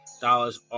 dollars